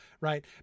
right